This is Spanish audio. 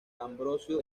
ambrosio